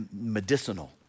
medicinal